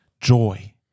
joy